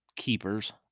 keepers